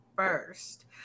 First